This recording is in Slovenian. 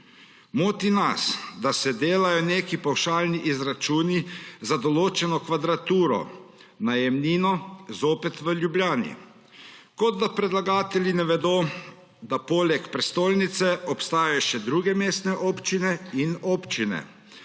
Moti nas, da se delajo neki pavšalni izračuni za določeno kvadraturo, najemnino zopet v Ljubljani, kot da predlagatelji ne vedo, da poleg prestolnice obstajajo še druge mestne občine in občine,